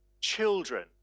children